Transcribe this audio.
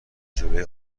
جلوی